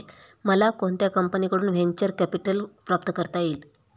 मला कोणत्या कंपनीकडून व्हेंचर कॅपिटल प्राप्त करता येईल?